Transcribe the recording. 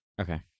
Okay